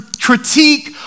critique